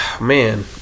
man